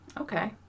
Okay